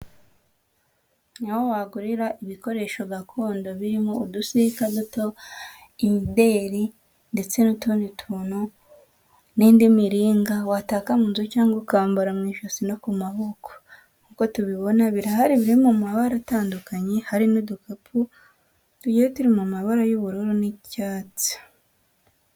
Niho wagurira ibikoresho gakondo birimo udusika duto, imideri ndetse n'utundi tuntu n'indi miringa wataka mu nzu cyangwa ukambara mu ijosi no ku maboko. Nk'uko tubibona birahari biri mu mabara atandukanye, hari n'udukapu tugiye turi mu mabara y'ubururu n'icyatsi.